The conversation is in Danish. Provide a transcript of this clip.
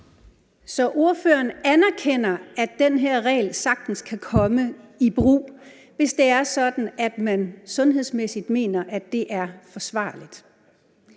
Så ordføreren anerkender, at den her regel sagtens kan komme i brug, hvis det er sådan, at man sundhedsmæssigt mener, at det er forsvarligt.